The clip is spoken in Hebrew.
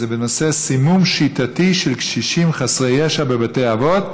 היא בנושא: סימום שיטתי של קשישים חסרי ישע בבתי אבות,